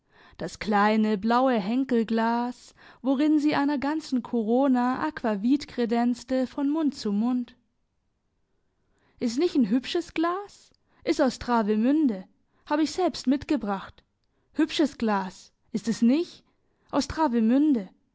das kleine blaue henkelglas worin sie einer ganzen korona aquavit kredenzte von mund zu mund is nich'n hübsches glas is aus travemünde hab ich selbst mitgebracht hübsches glas ist es nich aus travemünde